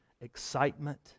excitement